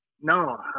no